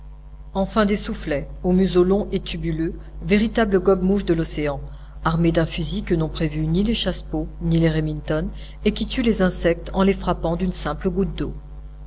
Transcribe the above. enfin des soufflets au museau long et tubuleux véritables gobe-mouches de l'océan armés d'un fusil que n'ont prévu ni les chassepot ni les remington et qui tuent les insectes en les frappant d'une simple goutte d'eau